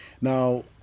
Now